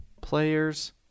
players